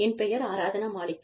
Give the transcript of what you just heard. என் பெயர் ஆராத்னா மாலிக்